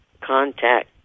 contact